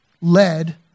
led